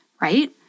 right